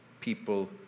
people